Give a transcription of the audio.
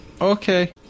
okay